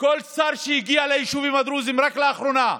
כל שר שהגיע ליישובים הדרוזיים רק לאחרונה.